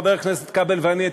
חבר הכנסת כבל ואני,